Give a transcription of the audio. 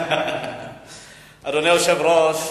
אדוני היושב-ראש,